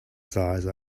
size